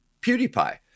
PewDiePie